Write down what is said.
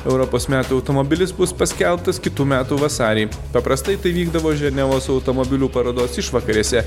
europos metų automobilis bus paskelbtas kitų metų vasarį paprastai tai vykdavo ženevos automobilių parodos išvakarėse